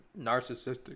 narcissistic